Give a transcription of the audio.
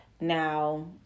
now